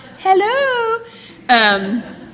hello